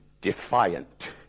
defiant